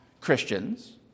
Christians